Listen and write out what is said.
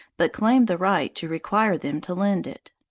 but claimed the right to require them to lend it.